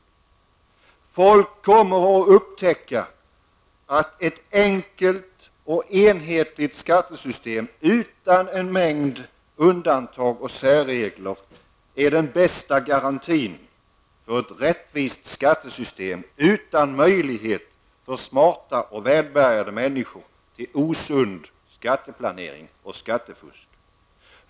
Människor kommer att upptäcka att ett enkelt och enhetligt skattesystem -- utan en mängd undantag och särregler -- är den bästa garantin för ett rättvist skattesystem, utan möjligheter för smarta och välbärgade människor till osund skatteplanering och skattefusk.